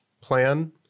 plan